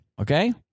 Okay